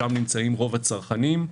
שם נמצאים רוב הצרכנים.